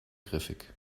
griffig